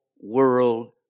world